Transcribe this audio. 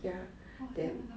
!wah!